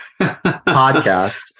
podcast